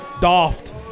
daft